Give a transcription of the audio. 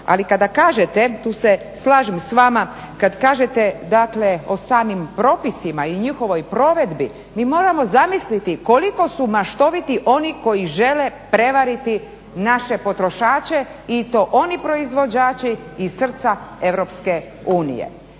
ali kada kažete, tu se slažem s vama, kad kažete dakle o samim propisima i njihovoj provedbi, mi moramo zamisliti koliko su maštoviti oni koji žele prevariti naše potrošače i to oni proizvođači iz srca EU.